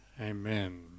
Amen